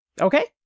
Okay